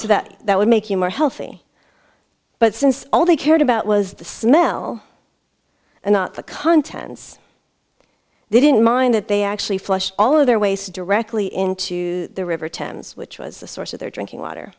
so that that would make you more healthy but since all they cared about was the smell and not the contents they didn't mind that they actually flush all of their waste directly into the river thames which was the source of their drinking water